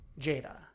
Jada